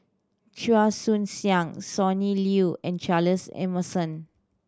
Chua Joon Siang Sonny Liew and Charles Emmerson